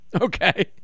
Okay